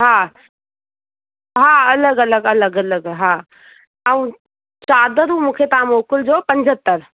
हा हा अलॻि अलॻि अलॻि अलॻि हा ऐं चादरूं मूंखे तव्हां मोकिलिजो पंजहतरि